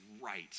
right